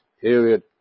period